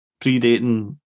predating